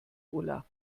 ulla